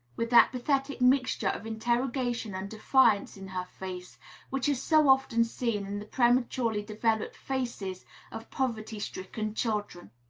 with that pathetic mixture of interrogation and defiance in her face which is so often seen in the prematurely developed faces of poverty-stricken children.